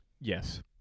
Yes